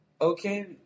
Okay